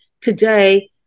today